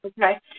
Okay